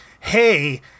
hey